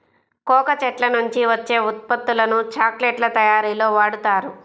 cocoa చెట్ల నుంచి వచ్చే ఉత్పత్తులను చాక్లెట్ల తయారీలో వాడుతారు